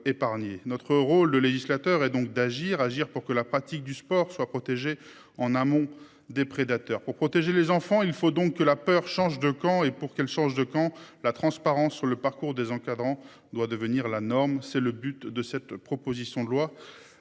notre rôle de législateur et donc d'agir, agir pour que la pratique du sport soit protégés en amont des prédateurs pour protéger les enfants. Il faut donc que la peur change de camp et pour qu'elle change de camp. La transparence sur le parcours des encadrants doit devenir la norme, c'est le but de cette proposition de loi